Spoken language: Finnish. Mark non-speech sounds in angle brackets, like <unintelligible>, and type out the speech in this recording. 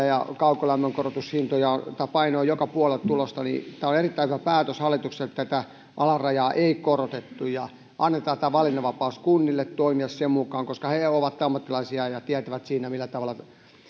<unintelligible> ja kaukolämmön korotushintoja tämä paine on joka puolelta tämä on erittäin hyvä päätös hallitukselta että tätä alarajaa ei korotettu ja annetaan tämä valinnanvapaus kunnille toimia sen mukaan koska he ovat ammattilaisia ja tietävät millä tavalla